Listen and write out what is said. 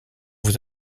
vous